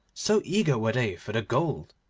so eager were they for the gold.